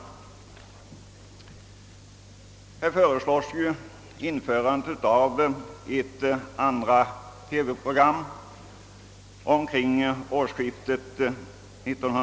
Bland annat föreslås införande av ett andra TV-program omkring årsskiftet 1969/70.